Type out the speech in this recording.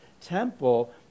temple